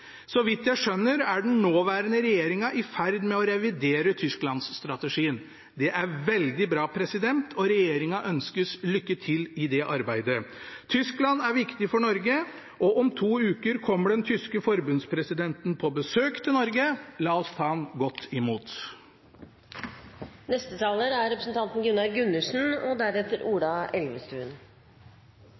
Så vidt jeg skjønner, er den nåværende regjeringen i ferd med å revidere Tyskland-strategien. Det er veldig bra, og regjeringen ønskes lykke til i det arbeidet. Tyskland er viktig for Norge, og om to uker kommer den tyske forbundspresidenten på besøk til Norge. La oss ta ham godt imot. Vi har sett et taktskifte i forholdet til Europa, og